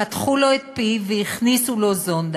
פתחו לו את פיו והכניסו לו זונדה.